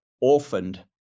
orphaned